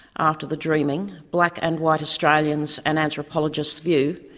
after the dreaming black and white australians an anthropologist's view,